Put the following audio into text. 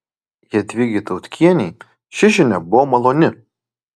jadvygai tautkienei ši žinia buvo maloni